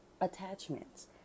Attachments